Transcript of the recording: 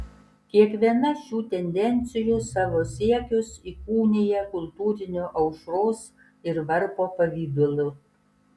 kiekviena šių tendencijų savo siekius įkūnija kultūriniu aušros ir varpo pavidalu